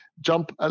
Jump